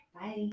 Bye